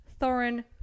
Thorin